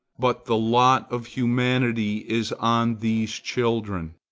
but the lot of humanity is on these children.